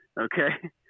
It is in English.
Okay